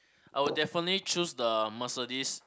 I would definitely choose the Mercedes